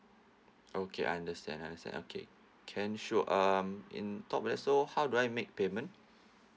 okay I understand I understand okay can sure um in top uh so how do I make payment